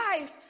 life